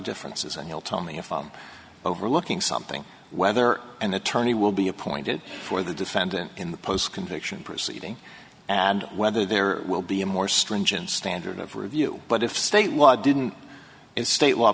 differences and you'll tell me if i'm overlooking something whether an attorney will be appointed for the defendant in the post conviction proceeding and whether there will be a more stringent standard of review but if state why didn't is state law